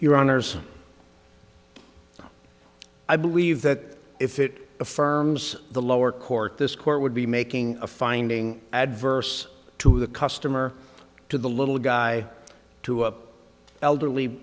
honors i believe that if it affirms the lower court this court would be making a finding adverse to the customer to the little guy to up elderly